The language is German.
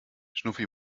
schnuffi